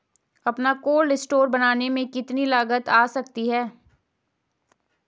अपना cold store बनाने में कितनी लागत आ जाती है?